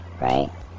right